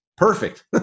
perfect